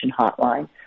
Hotline